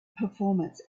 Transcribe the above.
performance